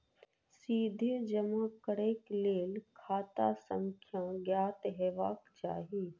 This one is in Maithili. सीधे जमा करैक लेल खाता संख्या ज्ञात हेबाक चाही